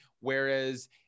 Whereas